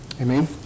Amen